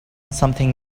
something